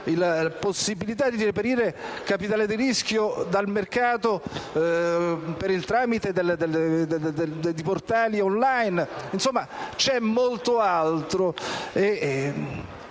la possibilità di reperire capitale di rischio dal mercato per il tramite di portali *on line*; insomma, c'è molto altro.